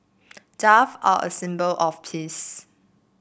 dove are a symbol of peace